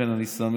לכן אני שמח